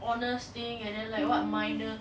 honours thing and then what minor